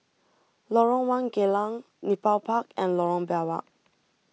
Lorong one Geylang Nepal Park and Lorong Biawak